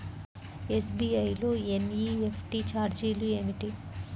SBI లో NEFT ఛార్జీలు ఏమిటి?